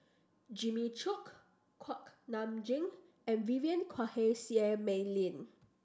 Jimmy Chok Kuak Nam Jin and Vivien Quahe Seah Mei Lin